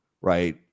right